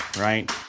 right